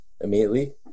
immediately